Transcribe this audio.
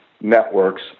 networks